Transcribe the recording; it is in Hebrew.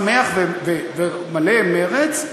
שמח ומלא מרץ,